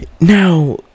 Now